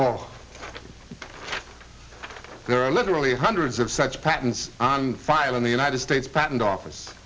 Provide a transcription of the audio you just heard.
oh there are literally hundreds of such patents on file in the united states patent office